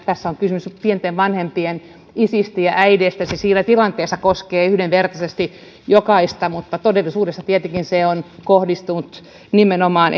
tässä on nyt kysymys pienten lasten isistä ja äideistä ja se siinä tilanteessa koskee yhdenvertaisesti jokaista todellisuudessa tietenkin se on kohdistunut nimenomaan